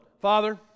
Father